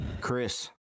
Chris